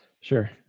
Sure